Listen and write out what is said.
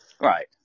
Right